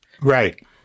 Right